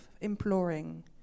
imploring